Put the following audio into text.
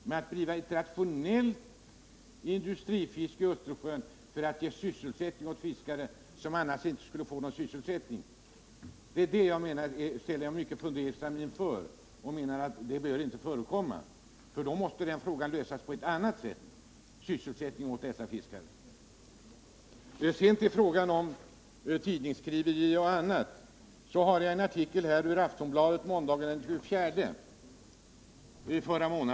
Men att bedriva ett rationellt industrifiske i Östersjön för att ge sysselsättning åt fiskare som annars skulle få sysselsättningssvårigheter, det ställer jag mig mycket fundersam inför och det behöver enligt min mening inte förekomma. Frågan om sysselsättning åt dessa fiskare måste lösas på ett annat sätt. Vad sedan gäller frågan om tidningsskriverier och annat, så har jag här en artikel som var införd i Aftonbladet måndagen den 24 april.